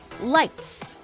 lights